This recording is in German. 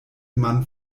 man